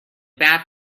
bad